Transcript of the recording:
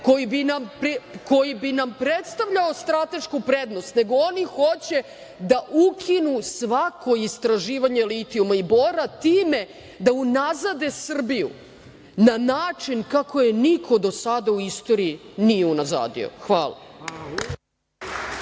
koji bi nam predstavljao stratešku prednost, nego oni hoće da ukinu svako istraživanje litijuma i bora i time da unazade Srbiju na način kako je niko do sada u istoriji nije unazadio. Hvala.